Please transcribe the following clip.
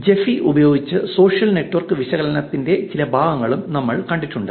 Gephi ഉപയോഗിച്ച് social network വിശകലനത്തിന്റെ ചില ഭാഗങ്ങളും നമ്മൾ കണ്ടിട്ടുണ്ട്